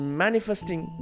manifesting